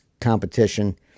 competition